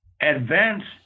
advanced